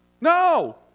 No